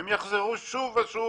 הם חוזרים שוב ושוב